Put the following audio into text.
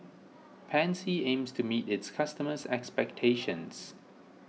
Pansy aims to meet its customers' expectations